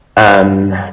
and